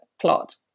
plot